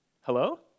hello